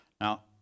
Now